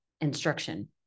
instruction